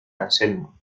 anselmo